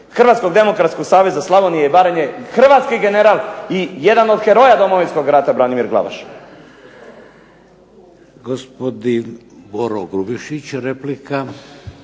Hrvatskog demokratskog saveza Slavonije i Baranje hrvatski general i jedan od heroja Domovinskog rata Branimir Glavaš. **Šeks, Vladimir (HDZ)** Gospodin Boro Grubišić, replika.